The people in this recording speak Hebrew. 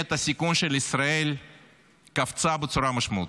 פרמיית הסיכון של ישראל קפצה בצורה משמעותית.